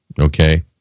Okay